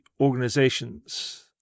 organizations